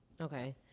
Okay